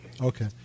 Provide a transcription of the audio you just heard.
Okay